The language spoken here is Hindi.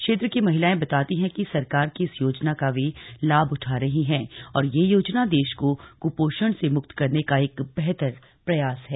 क्षेत्र की महिलांए बताती हैं कि सरकार की इस योजना का वे लाभ उठा रही हैं और यह योजना देश को कुषोषण से मुक्त करने का एक बेहतर प्रयास है